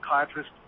psychiatrist